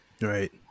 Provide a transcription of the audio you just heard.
right